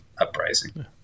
uprising